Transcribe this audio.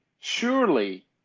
surely